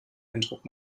eindruck